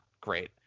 great